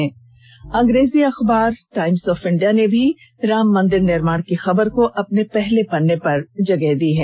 राज्य से प्रकाशित अंग्रेजी अखबार टाइम्स ऑफ इंडिया ने भी राम मंदिर निर्माण की खबर को अपने पहले पन्ने पर जगह दी है